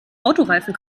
autoreifen